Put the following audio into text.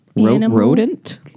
Rodent